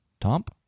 Tomp